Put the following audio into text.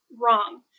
wrong